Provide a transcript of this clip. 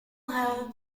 hail